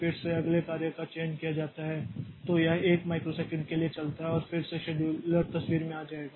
फिर से अगले कार्य का चयन किया जाता है तो यह 1 माइक्रोसेकंड के लिए चलता है और फिर से शेड्यूलर तस्वीर में आ जाएगा